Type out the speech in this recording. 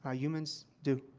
ah humans do.